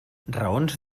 raons